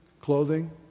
clothing